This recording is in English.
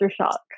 shock